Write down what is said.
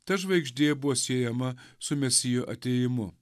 ta žvaigždė buvo siejama su mesijo atėjimu